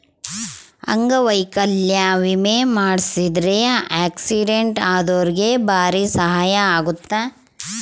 ಅಂಗವೈಕಲ್ಯ ವಿಮೆ ಮಾಡ್ಸಿದ್ರ ಆಕ್ಸಿಡೆಂಟ್ ಅದೊರ್ಗೆ ಬಾರಿ ಸಹಾಯ ಅಗುತ್ತ